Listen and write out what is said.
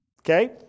Okay